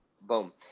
boom